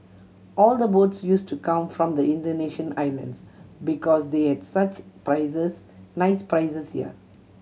all the boats use to come from the Indonesian islands because they had such prizes nice prizes here